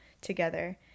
together